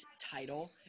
title